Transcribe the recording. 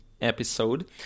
episode